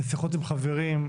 לשיחות עם חברים,